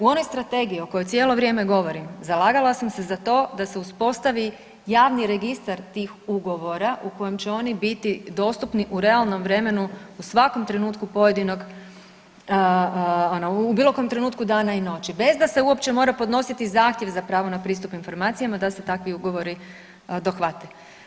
U onoj strategiji o kojoj cijelo vrijeme govorim, zalagala sam se za to da se uspostavi javni registar tih ugovora u kojem će oni biti dostupni u realnom vremenu, u svakom trenutku pojedinog, u bilokojem trenutku dana i noći, bez da se uopće mora podnositi zahtjev za pravo na pristup informacijama, da se takvi ugovori dohvate.